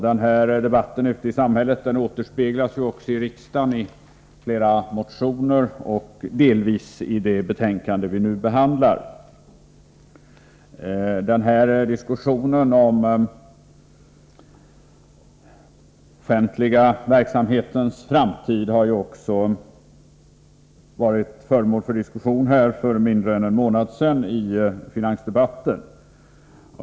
Den här debatten ute i samhället återspeglas också i riksdagen i flera motioner, och delvis i det betänkande vi nu behandlar. Den offentliga verksamhetens framtid har också varit föremål för diskussion här för mindre än en månad sedan i finansdebatten.